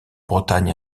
bretagne